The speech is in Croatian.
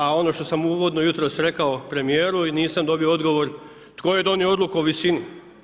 A ono što sam uvodno jutros rekao premijeru i nisam dobio odgovor tko je donio odluku o visini.